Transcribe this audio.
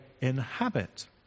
inhabit